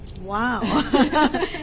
Wow